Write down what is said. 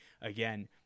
again